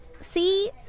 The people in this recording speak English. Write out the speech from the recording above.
See